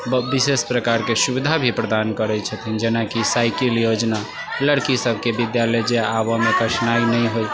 विशेष प्रकारके सुविधा भी प्रदान करै छथिन जेनाकि साइकिल योजना लड़की सबके विद्यालय जे आबऽमे कठिनाइ नहि होइ